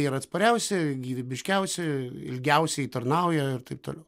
yra atspariausi gyvybiškiausi ilgiausiai tarnauja ir taip toliau